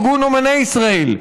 ארגון אומני ישראל,